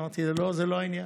אמרתי: זה לא העניין.